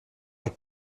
des